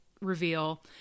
reveal